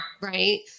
Right